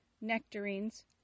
nectarines